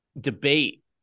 debate